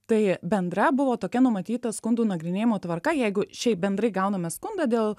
tai bendra buvo tokia numatyta skundų nagrinėjimo tvarka jeigu šiaip bendrai gauname skundą dėl